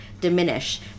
diminish